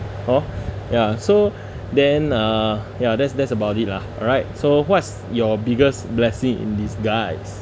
oh ya so then uh ya that's that's about it lah all right so what's your biggest blessing in disguise